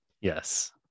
Yes